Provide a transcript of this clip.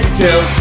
till